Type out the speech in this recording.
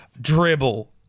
dribble